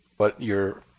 but you're